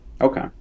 Okay